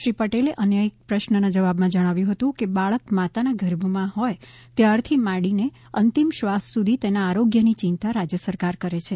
શ્રી પટેલે અન્ય એક પ્રશ્નના જવાબમાં જણાવ્યુ હતું કે બાળક માતાના ગર્ભમાં હોય ત્યારથી માંડી અંતિમ શ્વાસ સુધી તેના આરોગ્યની ચિંતા રાજ્ય સરકાર કરે છે